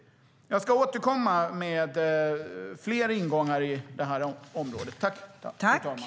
Jag ska återkomma med fler ingångar på detta område.